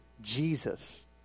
Jesus